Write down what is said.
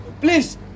Please